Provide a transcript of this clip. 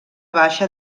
baixa